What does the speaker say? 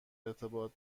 ارتباط